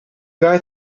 guy